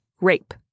rape